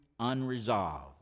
unresolved